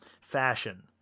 Fashion